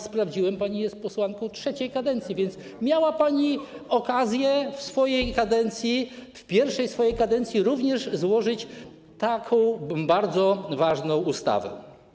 Sprawdziłem, pani jest posłanką trzecią kadencję, więc miała pani okazję w swojej kadencji, w pierwszej swojej kadencji również złożyć taką bardzo ważną ustawę.